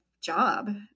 job